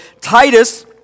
Titus